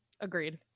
Agreed